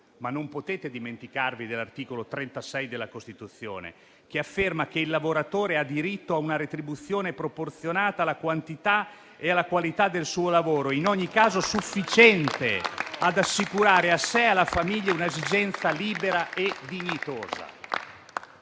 Non potete dimenticare però l'articolo 36 della Costituzione, che afferma che il lavoratore ha diritto a una retribuzione proporzionata alla quantità e alla qualità del suo lavoro, in ogni caso sufficiente ad assicurare, a sé e alla famiglia, una esistenza libera e dignitosa.